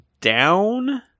down